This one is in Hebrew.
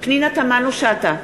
פנינה תמנו-שטה,